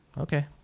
okay